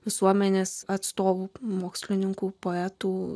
visuomenės atstovų mokslininkų poetų